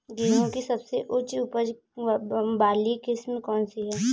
गेहूँ की सबसे उच्च उपज बाली किस्म कौनसी है?